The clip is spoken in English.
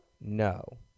No